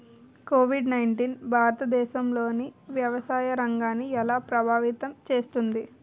Covid nineteen భారతదేశంలోని వ్యవసాయ రంగాన్ని ఎలా ప్రభావితం చేస్తుంది?